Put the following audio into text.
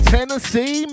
Tennessee